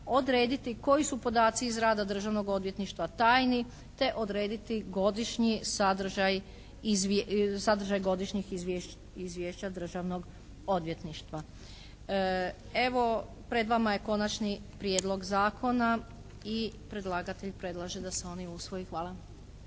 odrediti koji su podaci iz rada Državnog odvjetništva tajni, te odrediti godišnji sadržaj, sadržaj godišnjih izvješća Državnog odvjetništva. Evo pred vama je Konačni prijedlog zakona i predlagatelj predlaže da se on i usvoji. Hvala.